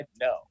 No